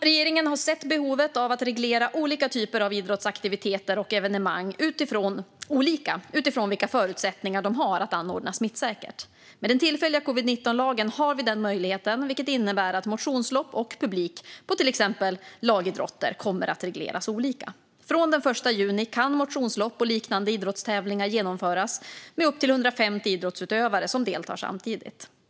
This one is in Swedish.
Regeringen har sett behovet av att reglera olika typer av idrottsaktiviteter och evenemang olika utifrån vilka förutsättningar de har att anordnas smittsäkert. Med den tillfälliga covid-19-lagen har vi den möjligheten, vilket innebär att motionslopp och publik på till exempel lagidrotter kommer att regleras olika. Från den 1 juni kan motionslopp och liknande idrottstävlingar genomföras med upp till 150 idrottsutövare som deltar samtidigt.